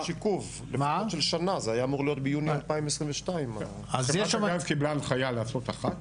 זה היה אמור להיות ביוני 2022. חברת הגז קיבלה הנחיה לעשות אחת